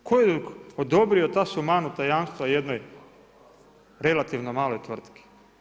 Tko je odobrio ta sumanuta jamstva jednoj relativnoj maloj tvrtki?